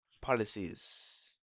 policies